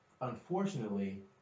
unfortunately